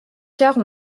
quarts